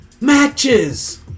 matches